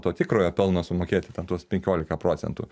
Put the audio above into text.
to tikrojo pelno sumokėti ten tuos penkiolika procentų